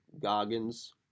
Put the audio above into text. Goggins